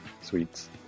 sweets